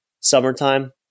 Summertime